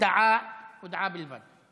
הודעה בלבד,